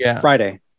Friday